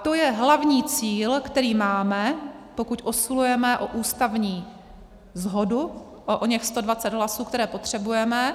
To je hlavní cíl, který máme, pokud usilujeme o ústavní shodu, o oněch 120 hlasů, které potřebujeme.